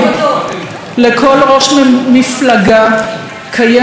לכל ראש מפלגה, קיימת או בארון,